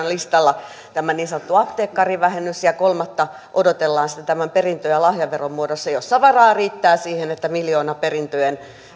listalla tämä niin sanottu apteekkarivähennys ja kolmatta odotellaan sitten tämän perintö ja lahjaveron muodossa jossa varaa riittää siihen että miljoonaperintöjen